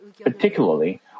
Particularly